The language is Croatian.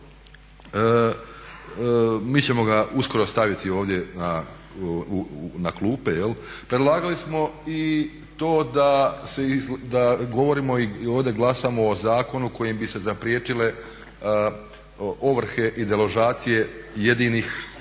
mi ćemo ga uskoro staviti ovdje na klupe. Predlagali smo i to da govorimo i ovdje glasamo o zakonu kojim bi se zapriječile ovrhe i deložacije jedinih